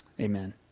Amen